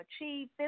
achieve